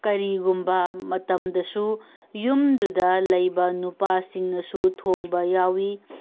ꯀꯔꯤꯒꯨꯝꯕ ꯃꯇꯝꯗꯁꯨ ꯌꯨꯝꯗꯨꯗ ꯂꯩꯕ ꯅꯨꯄꯥꯁꯤꯡꯅꯁꯨ ꯊꯣꯡꯕ ꯌꯥꯎꯏ